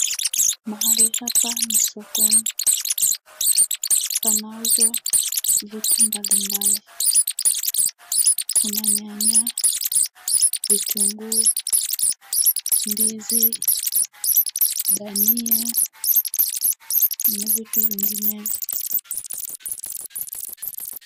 Mahali hapa ni sokoni. Panauzwa vitu mbalimbali; kuna nyanya, vitunguu, ndizi, dania, na vitu vinginevyo.